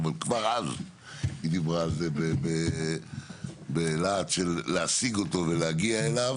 אבל כבר אז היא דיברה על זה בלהט של להשיג אותו ולהגיע אליו,